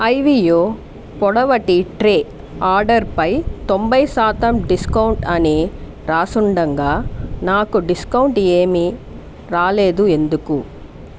Aveo పొడవాటి tray ఆర్డరుపై తొంభై శాతం డిస్కౌంట్ అని రాసుండగా నాకు డిస్కౌంట్ ఏమీ రాలేదు ఎందుకు